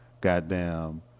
goddamn